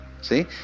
see